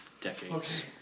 decades